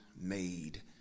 made